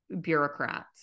bureaucrats